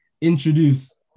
introduce